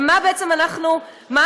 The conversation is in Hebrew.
מה אנחנו עושים?